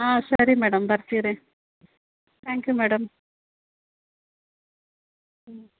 ಹಾಂ ಸರಿ ಮೇಡಮ್ ಬರ್ತೀರಿ ಥ್ಯಾಂಕ್ ಯು ಮೇಡಮ್ ಹ್ಞೂ